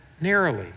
narrowly